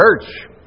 Church